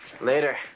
Later